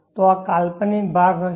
તો આ કાલ્પનિક ભાગ હશે